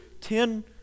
ten